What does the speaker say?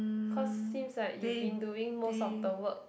because seems like you've been doing most of the work